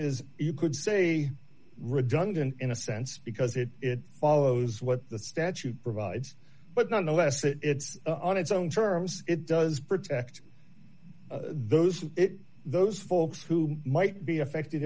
is you could say redundant in a sense because it follows what the statute provides but nonetheless it on its own terms it does protect those are those folks who might be affected